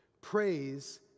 praise